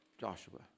Joshua